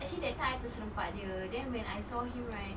actually that time I terserempak dia then when I saw him right